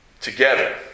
together